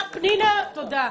פנינה, תודה.